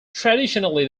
traditionally